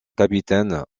capitaine